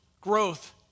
Growth